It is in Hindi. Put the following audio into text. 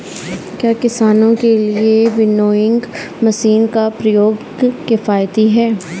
क्या किसानों के लिए विनोइंग मशीन का प्रयोग किफायती है?